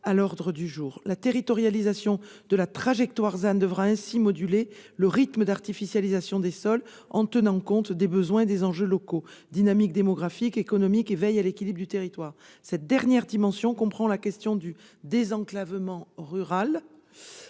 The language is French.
à l'ordre du jour. La territorialisation de la trajectoire ZAN devra moduler le rythme d'artificialisation des sols en tenant compte des besoins et des enjeux locaux : dynamiques démographiques et économiques, équilibre du territoire. Cette dernière dimension comprend la question du désenclavement rural,